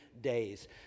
days